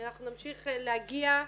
ואנחנו נמשיך להגיע.